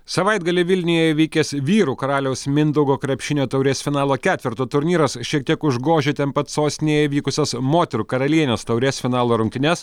savaitgalį vilniuje vykęs vyrų karaliaus mindaugo krepšinio taurės finalo ketverto turnyras šiek tiek užgožė ten pat sostinėje vykusias moterų karalienės taurės finalo rungtynes